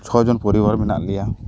ᱪᱷᱚᱡᱚᱱ ᱯᱚᱨᱤᱵᱟᱨ ᱢᱮᱱᱟᱜ ᱞᱮᱭᱟ